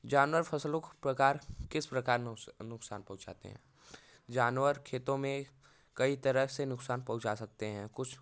जानवर फसलों को प्रकार किस प्रकार नुकसान पहुँचाते हैं जानवर खेतों में कई तरह से नुकसान पहुँचा सकते हैं